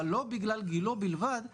אבל לא בגלל גילו בלבד תקבעו.